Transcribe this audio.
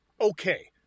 okay